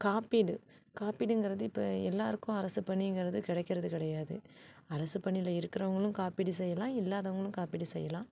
காப்பீடு காப்பீடுங்கிறது இப்போ எல்லோருக்கும் அரசு பணிங்கிறது கிடைக்கிறது கிடையாது அரசு பணியில் இருக்கிறவங்களும் காப்பீடு செய்யலாம் இல்லாதவர்களும் காப்பீடு செய்யலாம்